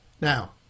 Now